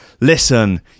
Listen